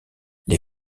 les